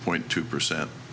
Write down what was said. point two percent